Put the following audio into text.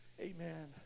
Amen